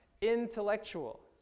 intellectual